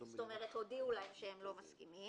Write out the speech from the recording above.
זאת אומרת הודיעו להם שהם לא מסכימים,